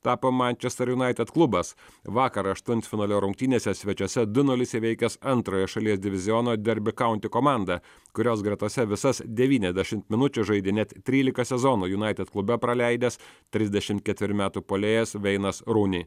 tapo manchester united klubas vakar aštuntfinalio rungtynėse svečiuose du nulis įveikęs antrojo šalies diviziono derby kaunti komandą kurios gretose visas devyniasdešimt minučių žaidė net trylika sezonų united klube praleidęs trisdešimt ketverių metų puolėjas veinas runi